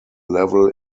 level